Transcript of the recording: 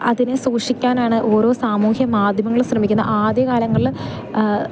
അതിനെ സൂക്ഷിക്കാനാണ് ഓരോ സാമൂഹ്യ മാധ്യമങ്ങൾ ശ്രമിക്കുന്നത് ആദ്യ കാലങ്ങളിൽ